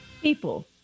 People